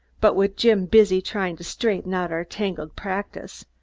but with jim busy trying to straighten out our tangled practise,